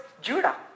Judah